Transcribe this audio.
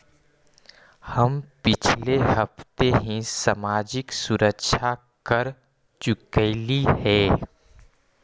हम पिछले हफ्ते ही सामाजिक सुरक्षा कर चुकइली हे